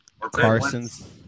Carson's